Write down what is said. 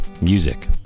music